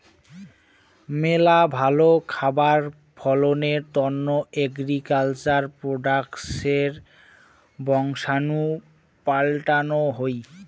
মেলা ভালো খাবার ফলনের তন্ন এগ্রিকালচার প্রোডাক্টসের বংশাণু পাল্টানো হই